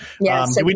Yes